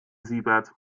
siebert